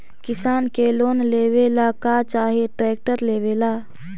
किसान के लोन लेबे ला का चाही ट्रैक्टर लेबे ला?